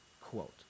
Quote